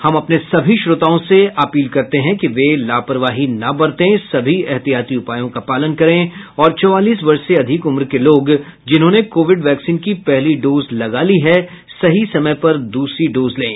हम अपने सभी श्रोताओं से अपील करते हैं कि वे लापरवाही न बरतें सभी एहतियाती उपायों का पालन करें और चौवालीस वर्ष से अधिक उम्र के लोग जिन्होंने कोविड वैक्सीन की पहली डोज लगा ली है सही समय पर द्रसरी डोज लें